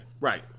right